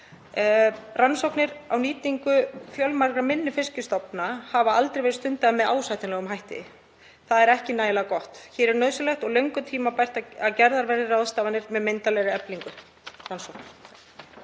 Rannsóknir á nýtingu fjölmargra minni fiskstofna hafa aldrei verið stundaðar með ásættanlegum hætti. Það er ekki nægilega gott. Nauðsynlegt og löngu tímabært er að gerðar verði ráðstafanir með myndarlegri eflingu rannsókna.